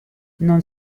non